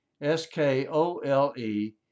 S-K-O-L-E